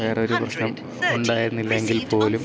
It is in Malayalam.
വേറൊരു പ്രശ്നം ഉണ്ടായിരുന്നില്ലെങ്കിൽ പോലും